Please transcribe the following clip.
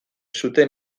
zuten